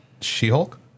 She-Hulk